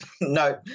no